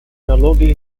налоги